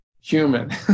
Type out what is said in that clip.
human